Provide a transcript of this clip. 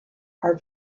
are